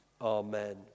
Amen